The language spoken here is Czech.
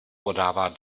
podává